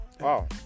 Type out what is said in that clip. Wow